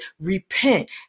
repent